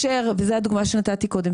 וזו הדוגמה שנתתי קודם,